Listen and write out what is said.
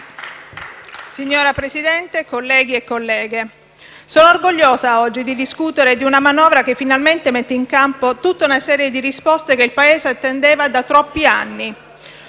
Signor Presidente, colleghi e colleghe sono orgogliosa di discutere oggi di una manovra che finalmente mette in campo tutta una serie di risposte che il Paese attendeva da troppi anni;